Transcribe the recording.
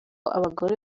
abagore